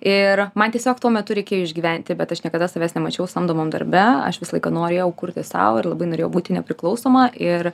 ir man tiesiog tuo metu reikėjo išgyventi bet aš niekada savęs nemačiau samdomam darbe aš visą laiką norėjau kurti sau ir labai norėjau būti nepriklausoma ir